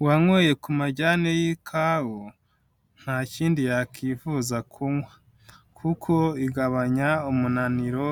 Uwanyweye ku majyane y'ikawa nta kindi yakwifuza kunywa kuko igabanya umunaniro,